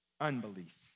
unbelief